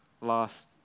last